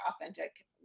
authentic